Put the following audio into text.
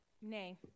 Nay